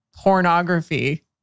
pornography